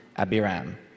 Abiram